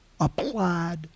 applied